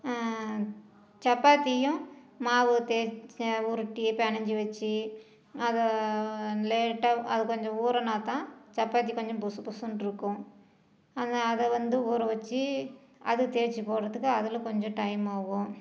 சாப்பாத்தியும் மாவு தேச் உருட்டி பெசஞ்சி வச்சு அதை லேட்டாக அது கொஞ்சம் ஊறினாதான் சப்பாத்தி கொஞ்சம் பொஸு பொஸுன்றிருக்கும் அது அதை வந்து ஊற வச்சு அது தேச்சு போடுறதுக்கு அதில் கொஞ்சம் டைமாகும்